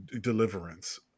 deliverance